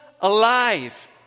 alive